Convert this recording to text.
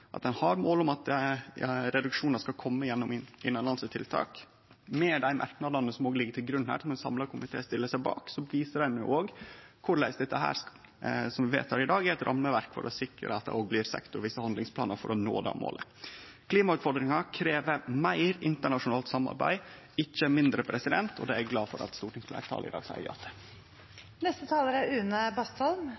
at ein har mål om at reduksjonar skal kome gjennom innanlandske tiltak. Med dei merknadene som ligg til grunn her, som ein samla komité stiller seg bak, viser ein også korleis dette som vi vedtek i dag, er eit rammeverk for å sikre at det også blir sektorvise handlingsplanar for å nå det målet. Klimautfordringa krev meir internasjonalt samarbeid – ikkje mindre. Det er eg glad for at stortingsfleirtalet i dag seier ja til.